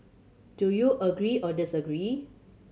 do you agree or disagree